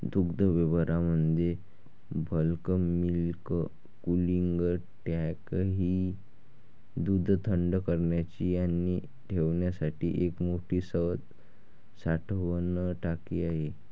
दुग्धव्यवसायामध्ये bulk milk cooling tank ही दूध थंड करण्यासाठी आणि ठेवण्यासाठी एक मोठी साठवण टाकी आहे